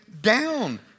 down